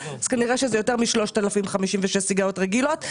אז כנראה שזה קצת יותר מ-3,056 סיגריות רגילות.